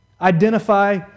identify